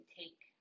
take